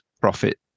profit